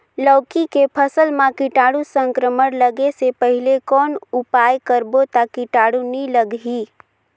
लौकी के फसल मां कीटाणु संक्रमण लगे से पहले कौन उपाय करबो ता कीटाणु नी लगही?